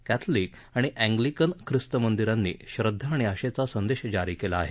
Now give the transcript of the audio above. Catholic आणि Anglican ख्रिस्तमंदिरांनी श्रद्वा आणि आशेचा संदेश जारी केला आहे